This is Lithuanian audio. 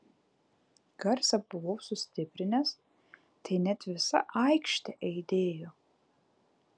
garsą buvau sustiprinęs tai net visa aikštė aidėjo